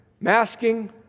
masking